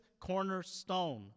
cornerstone